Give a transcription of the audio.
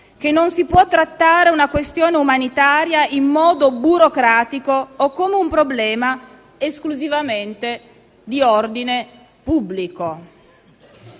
che non si può trattare una questione umanitaria in modo burocratico o come un problema esclusivamente di ordine pubblico.